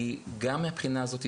היא גם מהבחינה הזאת,